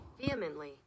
Vehemently